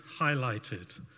highlighted